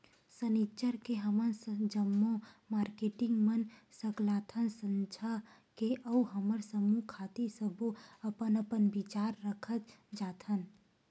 सनिच्चर के हमन जम्मो मारकेटिंग मन सकलाथन संझा के अउ हमर समूह खातिर सब्बो अपन अपन बिचार रखत जाथन